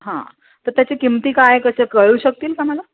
हां तर त्याची किमती काय कसं कळू शकतील का मला